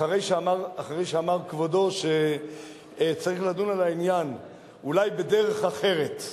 אחרי שכבודו אמר שצריך לדון על העניין אולי בדרך אחרת,